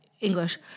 English